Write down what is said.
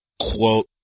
Quote